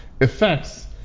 effects